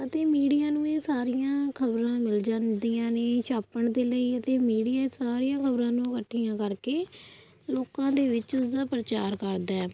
ਅਤੇ ਮੀਡੀਆ ਨੂੰ ਇਹ ਸਾਰੀਆਂ ਖ਼ਬਰਾਂ ਮਿਲ ਜਾਂਦੀਆਂ ਨੇ ਛਾਪਣ ਦੇ ਲਈ ਅਤੇ ਮੀਡੀਆ ਸਾਰੀਆਂ ਖਬਰਾਂ ਨੂੰ ਇਕੱਠੀਆਂ ਕਰਕੇ ਲੋਕਾਂ ਦੇ ਵਿੱਚ ਉਸ ਦਾ ਪ੍ਰਚਾਰ ਕਰਦਾ ਹੈ